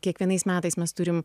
kiekvienais metais mes turim